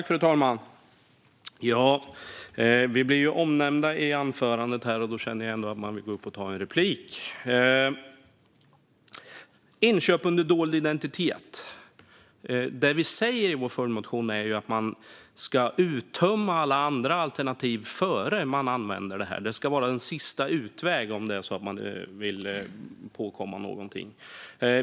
Fru talman! Vi blev omnämnda i anförandet. Därför ville jag ta replik. Det vi säger i vår följdmotion om inköp under dold identitet är att man ska uttömma alla andra alternativ innan man använder det. Det ska vara en sista utväg om man vill komma på någon med någonting.